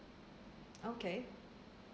okay